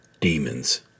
Demons